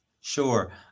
Sure